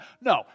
No